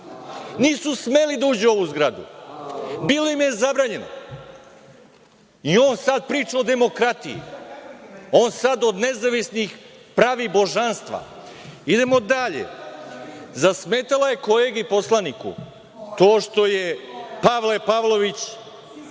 Nisu smeli da uđu u ovu zgradu. Bilo im je zabranjeno. I on sada priča o demokratiji. On sada od nezavisnih pravi božanstva. Idemo dalje. Zasmetalo je kolegi poslaniku to što je Pavle Pavlović u